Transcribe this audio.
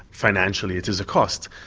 financially it is a cost.